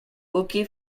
hockey